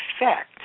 effect